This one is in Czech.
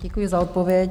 Děkuji za odpověď.